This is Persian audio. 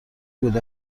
بود